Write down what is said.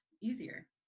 easier